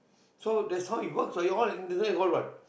so that's how it works what you all internet got what